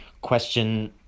question